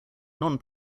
non